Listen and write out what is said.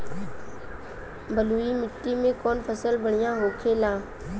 बलुई मिट्टी में कौन फसल बढ़ियां होखे ला?